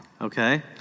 Okay